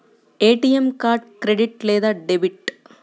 ATM card credit లేదా debit?